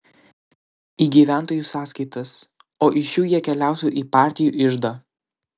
į gyventojų sąskaitas o iš šių jie keliautų į partijų iždą